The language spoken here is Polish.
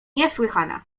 niesłychana